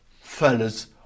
Fellas